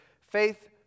faith